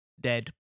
dead